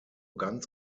ganz